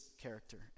character